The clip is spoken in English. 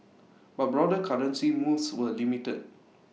but broader currency moves were limited